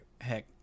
heck